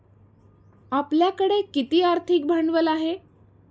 आपल्याकडे किती आर्थिक भांडवल आहे?